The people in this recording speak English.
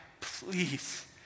please